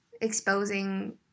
exposing